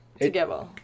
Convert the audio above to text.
together